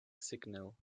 signal